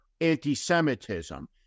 anti-Semitism